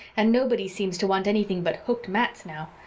and nobody seems to want anything but hooked mats now.